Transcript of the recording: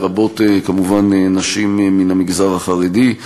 לרבות כמובן נשים מן המגזר החרדי.